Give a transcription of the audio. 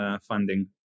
funding